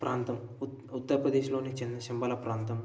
ప్రాంతం ఉత్తరప్రదేశ్లోని చిన్నశంబాల ప్రాంతం